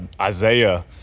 Isaiah –